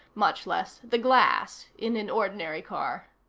much less the glass in an ordinary car.